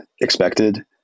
expected